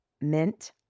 mint